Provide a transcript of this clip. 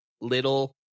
Little